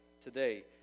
today